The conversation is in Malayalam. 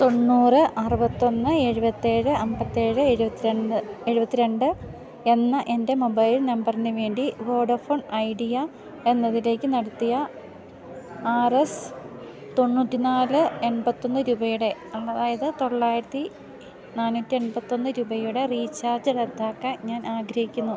തൊണ്ണൂറ് അറുപത്തി ഒന്ന് എഴുപത്തി ഏഴ് അമ്പത്തി ഏഴ് എഴുവത്തി രണ്ട് എഴുപത്തി രണ്ട് എന്ന എൻ്റെ മൊബൈൽ നമ്പറിന് വേണ്ടി വോഡഫോൺ ഐഡിയ എന്നതിലേക്ക് നടത്തിയ ആർ എസ് തൊണ്ണൂറ്റി നാല് എൺപത്തി ഒന്ന് രൂപയുടെ അതായത് തൊള്ളായിരത്തി നാന്നൂറ്റി അമ്പത്തി ഒന്ന് രൂപയുടെ റീചാർജ് റദ്ദാക്കാൻ ഞാൻ ആഗ്രഹിക്കുന്നു